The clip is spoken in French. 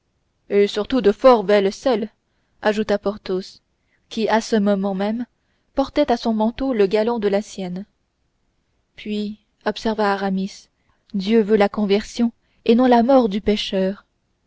et surtout de fort belles selles ajouta porthos qui à ce moment même portait à son manteau le galon de la sienne puis observa aramis dieu veut la conversion et non la mort du pécheur